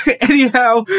Anyhow